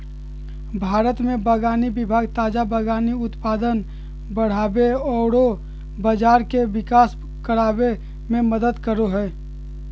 भारत में बागवानी विभाग ताजा बागवानी उत्पाद बढ़ाबे औरर बाजार के विकास कराबे में मदद करो हइ